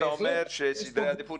אתה אומר שאת סדרי העדיפויות